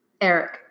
Eric